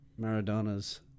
Maradona's